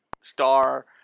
star